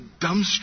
dumbstruck